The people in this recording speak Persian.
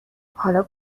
حالا